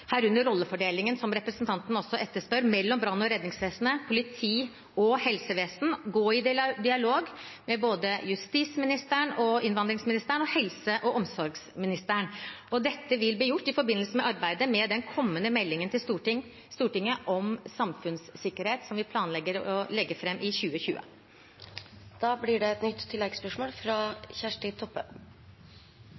herunder rollefordelingen, som representanten også etterspør, mellom brann- og redningsvesen, politi og helsevesen, gå i dialog med både justisministeren, innvandringsministeren og helseministeren. Dette vil bli gjort i forbindelse med arbeidet med den kommende meldingen til Stortinget om samfunnssikkerhet, som vi planlegger å legge fram i 2020. Kjersti Toppe – til oppfølgingsspørsmål. Oppfølgingsspørsmålet mitt går til helseminister Høie. Det